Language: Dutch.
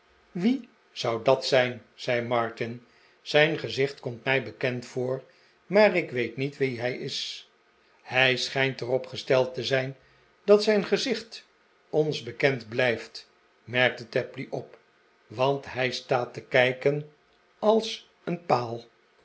wie zou dat zijn zei martin zijn gezicht komt mij bekend voor maar ik weet niet wie hij is hij schijnt er op gesteld te zijn dat zijn gezicht ons bekend blijft merkte tapley op want hij staat te kijken als een paal